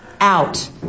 out